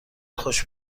خوش